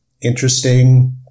interesting